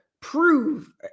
prove